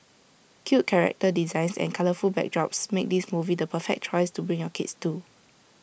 cute character designs and colourful backdrops make this movie the perfect choice to bring your kids to